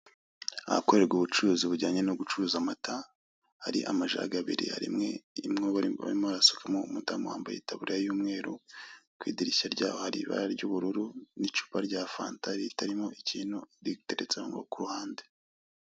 Ahakorerwa ubucuruzi bujyanye no gucuruza amata, hari amajage abiri hari imwe barimo barasukamo, umudamu wambaye itaburiya y'umweru. Ku idirishya ryaho hari ibara ry'ubururu n'icupa rya fanta ritarimo ikintu riteretse ku ruhande.